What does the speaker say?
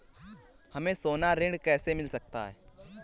हमें सोना ऋण कैसे मिल सकता है?